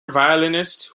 violinist